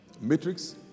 Matrix